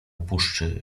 puszczy